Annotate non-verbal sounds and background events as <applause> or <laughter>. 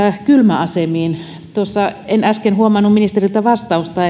kylmäasemiin tuossa en äsken huomannut ministeriltä vastausta <unintelligible>